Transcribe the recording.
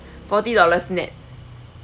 forty dollars nett